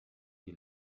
die